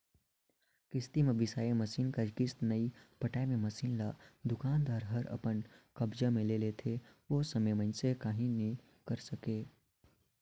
किस्ती म बिसाए मसीन कर किस्त नइ पटाए मे मसीन ल दुकानदार हर अपन कब्जा मे ले लेथे ओ समे में मइनसे काहीं नी करे सकें